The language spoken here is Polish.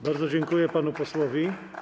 Bardzo dziękuję panu posłowi.